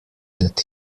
that